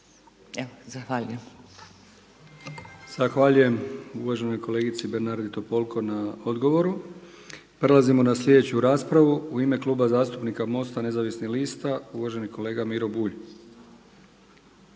Milijan (HDZ)** Zahvaljujem uvaženoj kolegici Bernardi Topolko na odgovoru. Prelazimo na sljedeću raspravu. U ime Kluba zastupnika MOST-a Nezavisnih lista uvaženi kolega Miro Bulj.